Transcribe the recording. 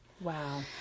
Wow